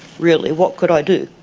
really, what could i do?